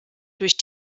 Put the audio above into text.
durch